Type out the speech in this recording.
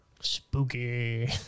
Spooky